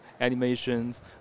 animations